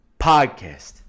podcast